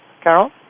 Carol